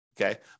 Okay